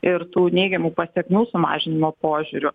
ir tų neigiamų pasekmių sumažinimo požiūriu